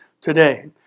today